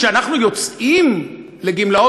כשאנחנו יוצאים לגמלאות,